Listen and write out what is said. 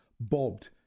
bobbed